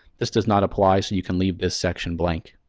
this does not apply so you can leave this section blank.